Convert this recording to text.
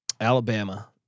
Alabama